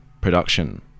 production